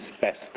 best